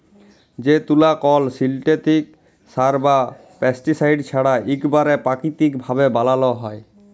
যে তুলা কল সিল্থেটিক সার বা পেস্টিসাইড ছাড়া ইকবারে পাকিতিক ভাবে বালাল হ্যয়